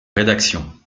rédaction